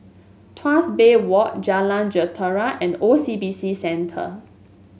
Tuas Bay Walk Jalan Jentera and O C B C Centre